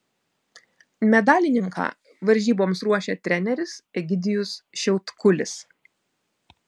medalininką varžyboms ruošia treneris egidijus šiautkulis